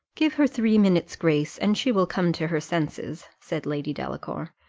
give her three minutes' grace and she will come to her senses, said lady delacour,